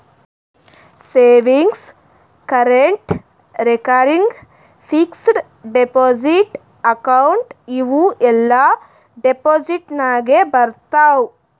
savings, current, recurring, fixed deposit account ಇವೂ ಎಲ್ಲಾ deposit ನಾಗೆ ಬರ್ತಾವ್